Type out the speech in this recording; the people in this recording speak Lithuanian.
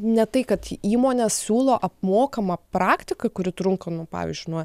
ne tai kad įmonės siūlo apmokamą praktiką kuri trunka nu pavyzdžiui nuo